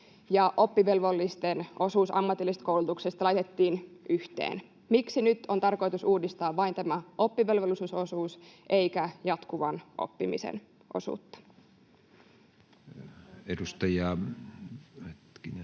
oppivelvollisten osuus ammatillisesta koulutuksesta laitettiin yhteen. Miksi nyt on tarkoitus uudistaa vain tämä oppivelvollisuusosuus eikä jatkuvan oppimisen osuutta? [Speech